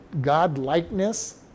God-likeness